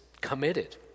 committed